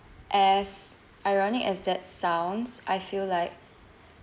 as ironic as that sounds I feel like